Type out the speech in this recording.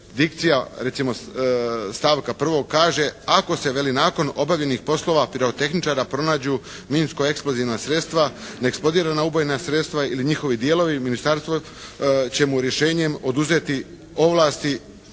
dikcija recimo stavka 1. kaže: «Ako se» veli «nakon obavljenih poslova pirotehničara pronađu minsko-eksplozivna sredstva, neeksplodirana ubojna sredstva ili njihovi dijelovi Ministarstvo će mu rješenjem oduzeti ovlasti